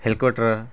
helicopter